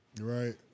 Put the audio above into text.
Right